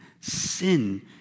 sin